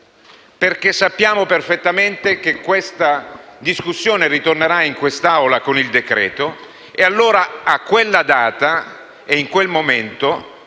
perché sappiamo perfettamente che questa discussione ritornerà in quest'Aula con il decreto e allora a quella data e in quel momento